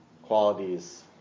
qualities